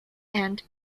and